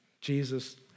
Jesus